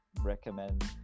recommend